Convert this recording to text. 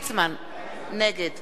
נגד עוזי לנדאו,